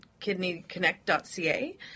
kidneyconnect.ca